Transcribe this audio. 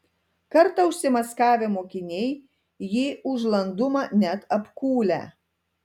kartą užsimaskavę mokiniai jį už landumą net apkūlę